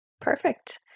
Perfect